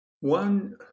One